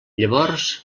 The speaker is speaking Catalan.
llavors